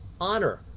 honor